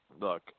look